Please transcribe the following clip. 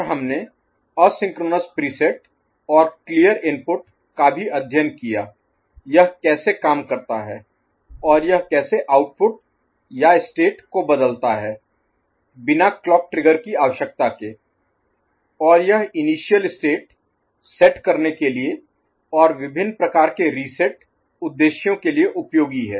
और हमने asynchronous preset और क्लियर इनपुट का भी अध्ययन किया यह कैसे काम करता है और यह कैसे आउटपुट या स्टेट को बदलता है बिना क्लॉक ट्रिगर की आवश्यकता के और यह इनिशियल स्टेट सेट करने के लिए और विभिन्न प्रकार के रीसेट उद्देश्यों के लिए उपयोगी है